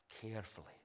carefully